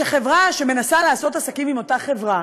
שחברה שמנסה לעשות עסקים עם אותה חברה